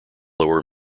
lower